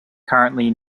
currently